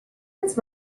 its